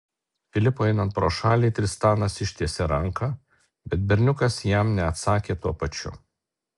filipui einant pro šalį tristanas ištiesė ranką bet berniukas jam neatsakė tuo pačiu